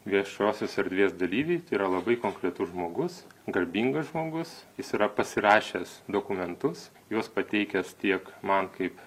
viešosios erdvės dalyviai yra labai konkretus žmogus garbingas žmogus jis yra pasirašęs dokumentus juos pateikęs tiek man kaip